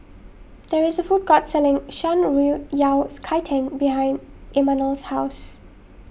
there is a food court selling Shan Rui Yao Cai Tang behind Imanol's house